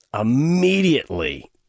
immediately